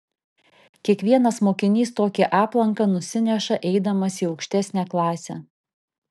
kiekvienas mokinys tokį aplanką nusineša eidamas į aukštesnę klasę